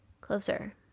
closer